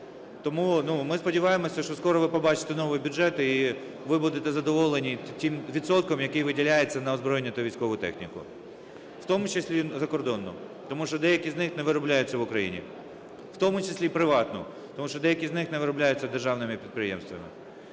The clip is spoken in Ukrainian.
ну, ми сподіваємося, що скоро ви побачите новий бюджет і ви будете задоволені тим відсотком, який виділяється на озброєння та військову техніку. В тому числі закордонну, тому що деякі з них не виробляються в Україні, в тому числі і приватну, тому що деякі з них не виробляються державними підприємствами.